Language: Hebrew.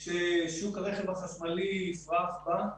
ששוק הרכב החשמלי יפרח בה,